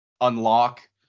unlock